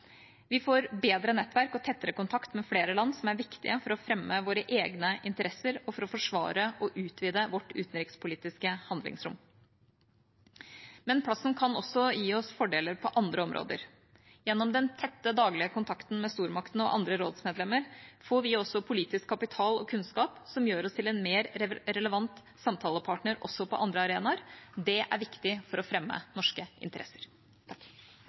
Vi får bedre nettverk og tettere kontakt med flere land som er viktige for å fremme våre egne interesser og for å forsvare og utvide vårt utenrikspolitiske handlingsrom. Men plassen kan også gi oss fordeler på andre områder. Gjennom den tette daglige kontakten med stormaktene og andre rådsmedlemmer får vi politisk kapital og kunnskap som gjør oss til en mer relevant samtalepartner også på andre arenaer. Det er viktig for å fremme norske interesser.